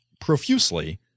profusely